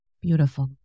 Beautiful